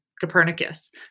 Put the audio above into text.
Copernicus